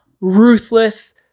ruthless